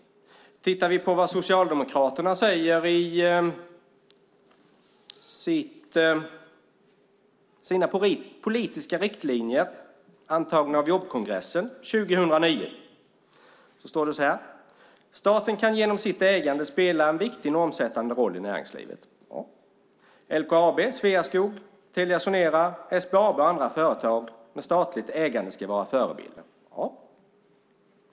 Om vi tittar på vad Socialdemokraterna säger i sina politiska riktlinjer antagna av jobbkongressen 2009 ser vi att där står följande: "Staten kan genom sitt ägande spela en viktig normsättande roll i näringslivet." Ja. "LKAB, Sveaskog, Telia Sonera, SBAB och andra företag med statligt ägande ska vara förebilder." Ja.